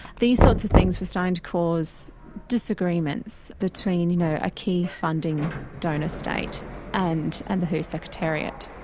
these sorts of things was starting to cause disagreements between you know a key funding donor state and and the who secretariat.